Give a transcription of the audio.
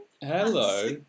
Hello